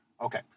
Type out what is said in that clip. Okay